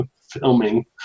filming